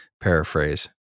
paraphrase